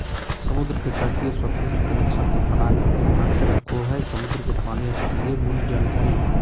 समुद्र के तटीय स्वतंत्र कनेक्शन के बनाके रखो हइ, समुद्र के पानी स्थलीय मूल जल हइ